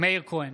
מאיר כהן,